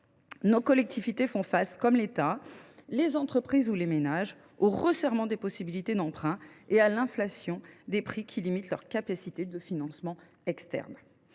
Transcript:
Nos collectivités font face, comme l’État, les entreprises ou les ménages, au resserrement des possibilités d’emprunt et à l’inflation des prix, qui limitent leur capacité de financement externe.